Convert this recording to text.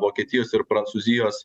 vokietijos ir prancūzijos